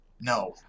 No